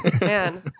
man